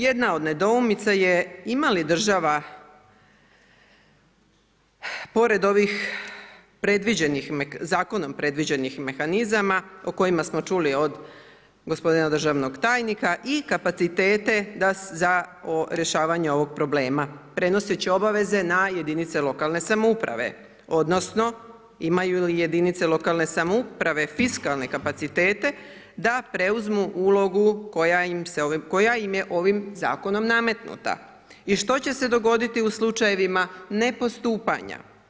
Jedna od nedoumica je ima li država pored ovih predviđenih, zakonom predviđenih mehanizama o kojima smo čuli od gospodina državnog tajnika i kapacitete za rješavanje ovog problema prenoseći obaveze na jedinice lokalne samouprave, odnosno imaju li jedinice lokalne samouprave fiskalne kapacitete da preuzmu ulogu koja im je ovim zakonom nametnuta i što će se dogoditi u slučajevima nepostupanja.